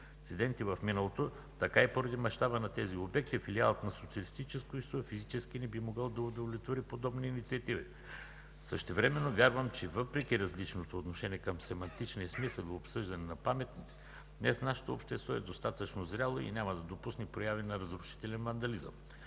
в миналото, така и поради мащаба на тези обекти Филиалът на социалистическото изкуство физически не би могъл да удовлетвори подобни инициативи. Същевременно вярвам, че въпреки различното отношение към семантичния смисъл и обсъждане на паметници, днес нашето общество е достатъчно зряло и няма да допусне прояви на разрушителен вандализъм.